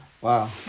Wow